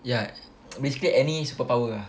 ya basically any superpower ah